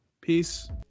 peace